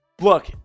Look